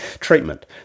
Treatment